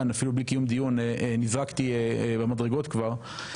אפילו בלי קיום דיון נזרקתי במדרגות כבר,